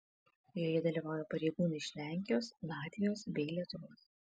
joje dalyvauja pareigūnai iš lenkijos latvijos bei lietuvos